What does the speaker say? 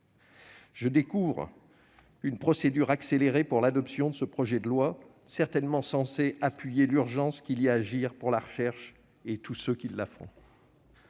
Je découvre que la procédure accélérée a été mise en oeuvre pour l'adoption de ce projet de loi, certainement censée appuyer l'urgence qu'il y a à agir pour la recherche et tous ceux qui la font.